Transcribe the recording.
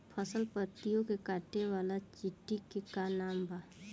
फसल पतियो के काटे वाले चिटि के का नाव बा?